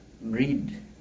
read